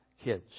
kids